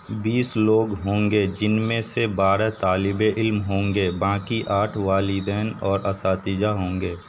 بیس لوگ ہوں گے جن میں سے بارہ طالب علم ہوں گے باقی آٹھ والدین اور اساتذہ ہوں گے